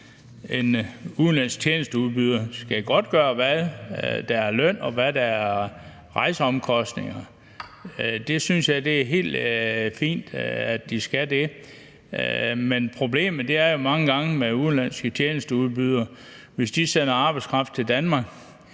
en udenlandsk tjenesteudbyder skal godtgøre, hvad der er løn, og hvad der er rejseomkostninger. Det synes jeg er helt fint at de skal, men problemet med udenlandske tjenesteudbydere er jo mange gange, at hvis de sender arbejdskraft til Danmark,